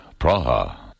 Praha